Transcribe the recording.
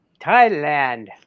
Thailand